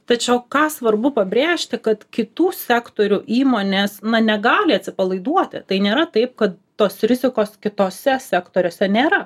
tačiau ką svarbu pabrėžti kad kitų sektorių įmonės na negali atsipalaiduoti tai nėra taip kad tos rizikos kitose sektoriuose nėra